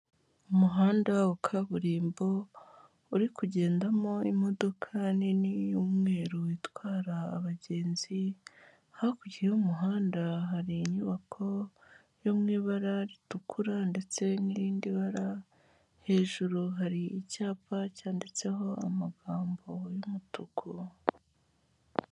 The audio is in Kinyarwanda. Umuhanda wa kaburimbo uri kugendamo imodoka nini y'umweru itwara abagenzi, hakurya y'umuhanda hari inyubako yo mui ibara ritukura ndetse n'irindi bara hejuru hari icyapa cyanditseho amagambo y'umutuku.